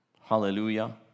Hallelujah